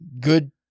Good